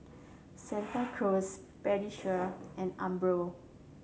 Santa Cruz Pediasure and Umbro